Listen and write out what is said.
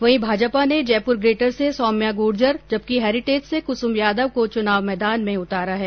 वहीं भाजपा ने जयपुर ग्रेटर से सौम्या गुर्जर जबकि हेरिटेज से कुसुम यादव को चुनाव मैदान में उतारा है